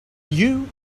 you